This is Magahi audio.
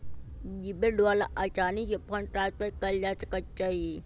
जीपे द्वारा असानी से फंड ट्रांसफर कयल जा सकइ छइ